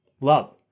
Love